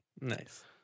Nice